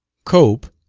cope,